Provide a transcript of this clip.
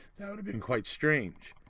that would have been quite strange.